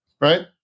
right